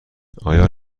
آیا